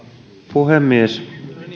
puhemies